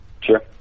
Sure